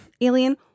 alien